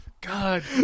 God